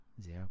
Sehr